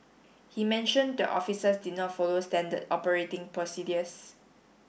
he mentioned the officers did not follow standard operating procedures